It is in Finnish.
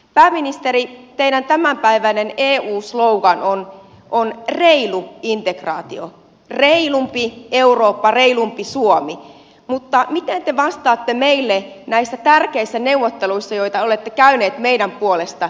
pääministeri teidän tämänpäiväinen eu sloganinne on reilu integraatio reilumpi eurooppa reilumpi suomi mutta miten te vastaatte meille koskien näitä tärkeitä neuvotteluja joita olette käynyt meidän puolestamme